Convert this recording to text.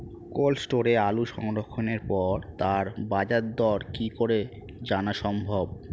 Cold স্টোরে আলু সংরক্ষণের পরে তার বাজারদর কি করে জানা সম্ভব?